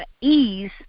ease